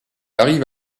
arrive